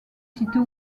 sites